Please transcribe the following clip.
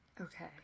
Okay